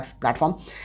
platform